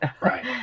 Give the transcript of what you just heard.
Right